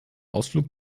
ausflug